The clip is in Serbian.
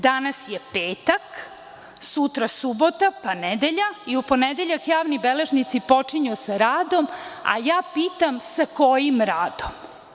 Danas je petak, sutra subota, pa nedelja i u ponedeljak javni beležnici počinju sa radom, a ja pitam sa kojim radom?